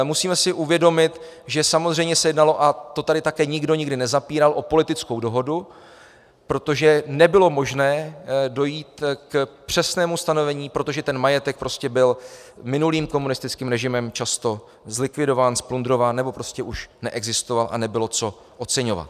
Musíme si uvědomit, že se samozřejmě jednalo, a to tady také nikdy nikdo nezapíral, o politickou dohodu, protože nebylo možné dojít k přesnému stanovení, protože ten majetek prostě byl minulým komunistickým režimem často zlikvidován, zplundrován nebo prostě už neexistoval a nebylo co oceňovat.